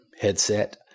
headset